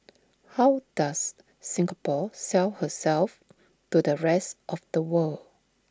how does Singapore sell herself to the rest of the world